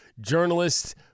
journalists